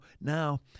now